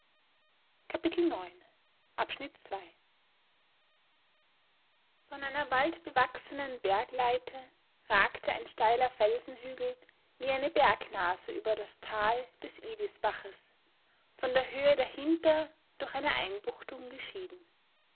von einer waldbewachsenen bergleite ragte ein steiler felsenhügel wie eine bergnase über das tal des idisbaches von der höhe dahinter durch eine einbuchtung geschieden